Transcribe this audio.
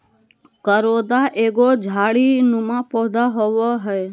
करोंदा एगो झाड़ी नुमा पौधा होव हय